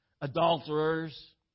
adulterers